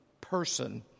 person